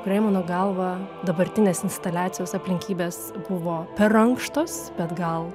tikrai mano galva dabartinės instaliacijos aplinkybės buvo per ankštos bet gal